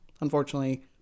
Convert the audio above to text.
unfortunately